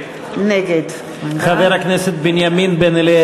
נגד חבר הכנסת בנימין בן-אליעזר?